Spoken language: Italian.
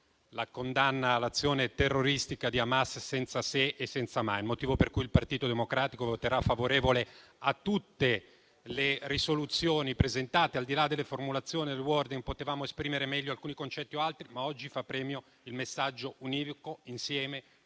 la condanna all'azione terroristica di Hamas senza se e senza ma. Il motivo per cui il Partito Democratico voterà a favore di tutte le risoluzioni presentate, al di là delle formulazioni e del *wording*, del fatto che potevamo esprimere meglio alcuni concetti o altri. Oggi fa premio il messaggio univoco, affinché